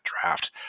draft